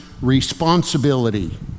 responsibility